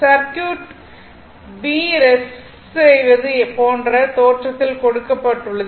circuit V1 resists செய்வது போன்ற தோற்றத்தில் கொடுக்கப்பட்டுள்ளது